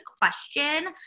question